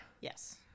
yes